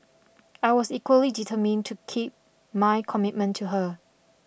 I was equally determined to keep my commitment to her